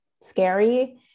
scary